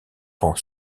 rend